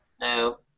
No